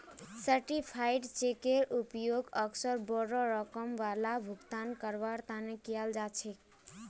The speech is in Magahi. सर्टीफाइड चेकेर उपयोग अक्सर बोडो रकम वाला भुगतानक करवार तने कियाल जा छे